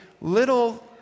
little